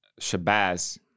Shabazz